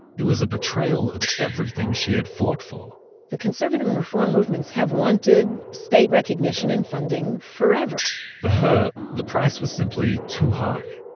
it was a betrayal of everything she had fought for the conservative and reform movements have wanted state recognition and funding forever for her, the price was simply too high.